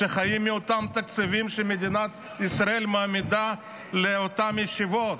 שחיים מאותם תקציבים שמדינת ישראל מעמידה לאותן ישיבות,